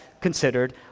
considered